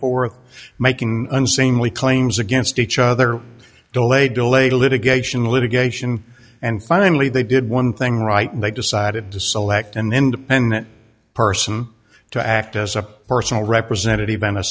forth making unseemly claims against each other delayed delayed litigation litigation and finally they did one thing right and they decided to select an independent person to act as a personal representative